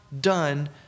done